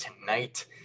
tonight